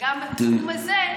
גם בתחום הזה,